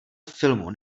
filmu